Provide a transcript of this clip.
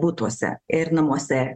butuose ir namuose